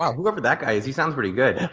um whoever that guy is, he sounds pretty good.